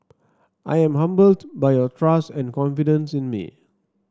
I am humbled by your trust and confidence in me